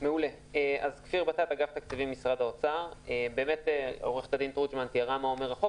עו"ד תורג'מן תיארה מה אומר החוק.